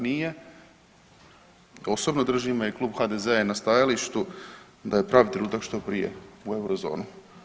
Nije, osobno držim, a i Klub HDZ-a je na stajalištu da je pravi trenutak što prije u Eurozonu.